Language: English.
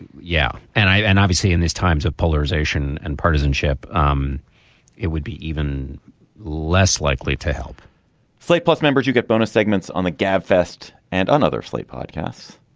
yeah. and and obviously in these times of polarization and partisanship, um it would be even less likely to help slate plus members, you get bonus segments on the gab fest and on other slate podcasts,